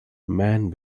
man